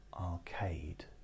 arcade